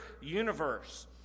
universe